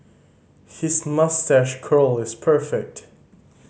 his moustache curl is perfect